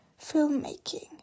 filmmaking